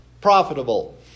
profitable